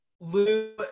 Lou